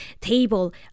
table